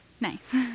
Nice